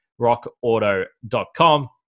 rockauto.com